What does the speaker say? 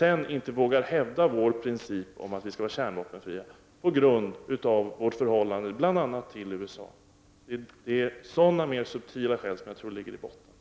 Sedan vågar man inte hävda vår princip om att vi skall ha kärnvapenfrihet på grund av vårt förhållande till bl.a. USA. Det är sådana mer subtila skäl som jag tror ligger i botten.